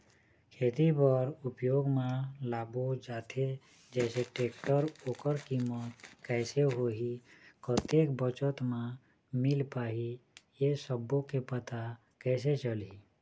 खेती बर उपयोग मा लाबो जाथे जैसे टेक्टर ओकर कीमत कैसे होही कतेक बचत मा मिल पाही ये सब्बो के पता कैसे चलही?